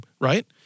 right